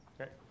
Okay